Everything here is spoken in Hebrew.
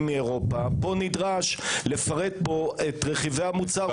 מאירופה פה נדרש לפרט את רכיבי המוצר.